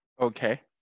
Okay